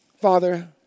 Father